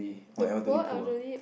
the poor elderly